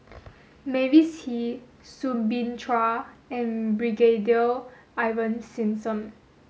Mavis Hee Soo Bin Chua and Brigadier Ivan Simson